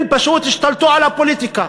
הם פשוט השתלטו על הפוליטיקה,